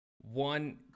One